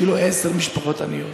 אפילו עשר משפחות עניות.